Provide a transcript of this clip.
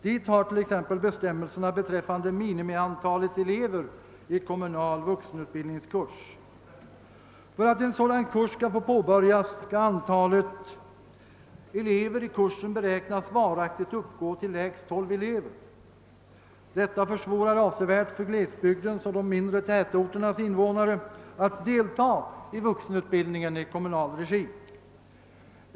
Dit hör t.ex. bestämmelserna beträffande minimiantalet elever vid kommunal vuxenutbildningskurs. För att en sådan kurs skall få påbörjas skall antalet elever i kursen beräknas varaktigt uppgå till lägst tolv. Detta försvårar avsevärt för glesbygden och de mindre tätorternas invånare att delta i vuxenutbildning i kommunal regi.